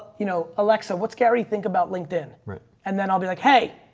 you know, alexa, what's gary? think about linkedin. right? and then i'll be like, hey,